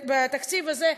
בתקציב הזה,